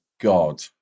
god